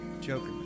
Joker